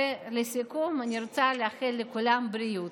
לסיכום, אני רוצה לאחל לכולם בריאות.